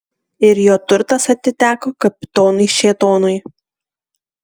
ir jo turtas atiteko kapitonui šėtonui